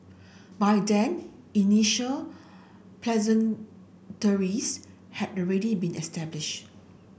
by then initial had already been established